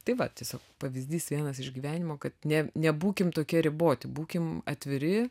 tai va tiesiog pavyzdys vienas iš gyvenimo kad ne nebūkim tokie riboti būkim atviri